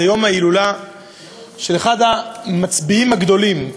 יום ההילולה של אחד המצביאים הגדולים,